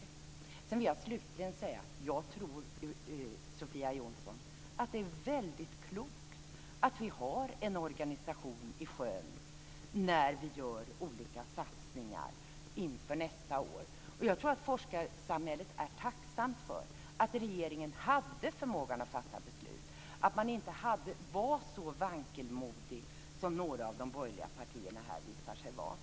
Sedan vill jag slutligen säga, Sofia Jonsson, att jag tror att det är väldigt klokt att vi har en organisation i sjön när vi gör olika satsningar inför nästa år. Jag tror att forskarsamhället är tacksamt för att regeringen hade förmågan att fatta beslut och att man inte var så vankelmodig som några av de borgerliga partierna här visar sig vara.